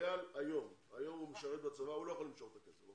היום חייל משרת בצבא, הוא לא יכול למשוך את הכסף.